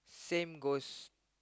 same goes